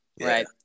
right